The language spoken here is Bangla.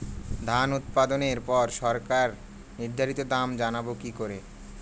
ধান উৎপাদনে পর সরকার নির্ধারিত দাম জানবো কি করে?